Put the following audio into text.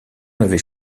l’avait